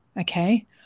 okay